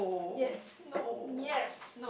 yes yes